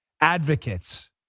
advocates